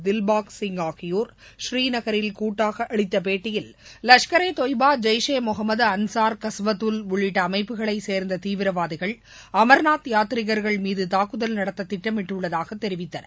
தில்பாக் சிங் ஆகியோர் பூரீநகரில் கூட்டாக அளித்த பேட்டியில் லஷ்கரே தொய்பா ஜெய் ஷே முகமது அன்சார் கஸ்வதுல் உள்ளிட்ட அமைப்புகளை சேர்ந்த தீவிரவாதிகள் அமா்நாத் யாதீரீகா்கள் மீது தாக்குதல் நடத்த திட்டமிட்டுள்ளதாக தெரிவித்தனர்